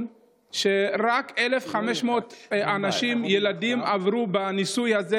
כשרק 1,500 ילדים עברו את הניסוי הזה,